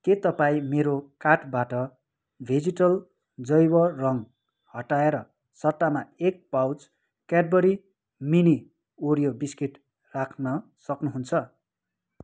के तपाईँ मेरो कार्टबाट भेजिटल जैव रम हटाएर सट्टामा एक pouch Cadbury mini Oreo biscuit राख्न सक्नुहुन्छ